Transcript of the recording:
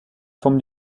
forme